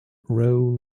rove